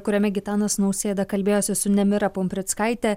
kuriame gitanas nausėda kalbėjosi su nemira pumprickaite